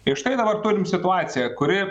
ir štai dabar turim situaciją kuri